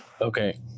Okay